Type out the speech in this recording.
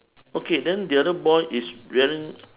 okay then the other boy is wearing